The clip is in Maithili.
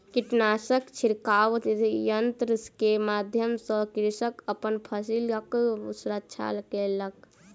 कीटनाशक छिड़काव यन्त्र के माध्यम सॅ कृषक अपन फसिलक सुरक्षा केलक